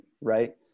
right